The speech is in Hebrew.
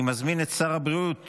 (הכרה בארוסות